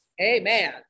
amen